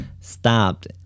stopped